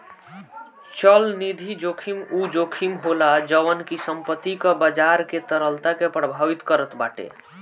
चलनिधि जोखिम उ जोखिम होला जवन की संपत्ति कअ बाजार के तरलता के प्रभावित करत बाटे